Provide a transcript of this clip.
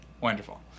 Wonderful